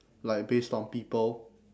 like based on people